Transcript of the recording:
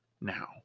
now